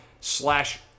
slash